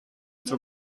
zur